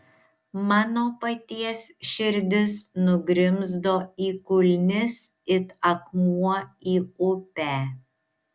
mano paties širdis nugrimzdo į kulnis it akmuo į upę